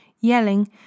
yelling